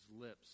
lips